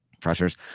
pressures